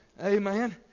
Amen